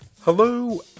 Hello